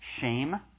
Shame